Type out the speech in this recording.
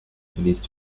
police